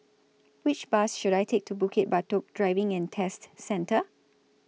Which Bus should I Take to Bukit Batok Driving and Test Centre